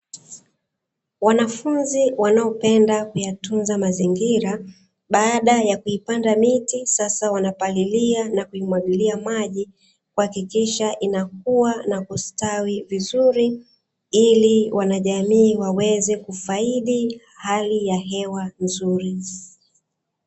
Wanafunzi wanaopenda kuyatunza mazingira baada ya kuipanda miti, sasa wanapalilia na kuimwagilia maji, kuhakikisha inakuwa na kustawi vizuri, ili wanajamii waweze kufaidi hali ya hewa nzuri.